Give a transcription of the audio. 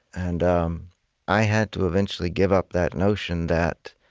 and um i had to eventually give up that notion that